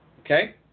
okay